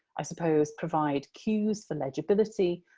i suppose, provide cues for legibility,